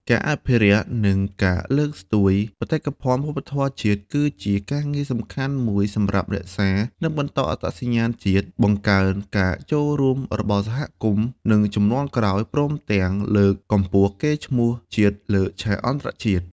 ការអភិរក្ស និងលើកស្ទួយបេតិកភណ្ឌវប្បធម៌ជាតិ គឺជាការងារសំខាន់មួយសម្រាប់រក្សា និងបន្តអត្តសញ្ញាណជាតិ បង្កើនការចូលរួមរបស់សហគមន៍ និងជំនាន់ក្រោយ ព្រមទាំងលើក កម្ពស់កេរ្តិ៍ឈ្មោះជាតិលើឆាកអន្តរជាតិ។